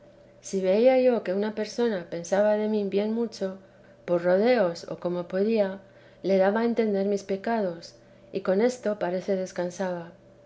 si veía yo que una persona pensaba de raí bi mucho por rodeos o como podía le daba a entender mis pecados y con esto parece descansaba